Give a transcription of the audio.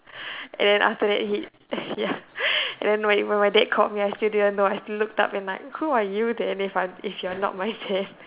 and after that he ya and then when even my dad called me I still didn't know I still looked up and like who are you then if I'm if you're not my dad